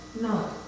No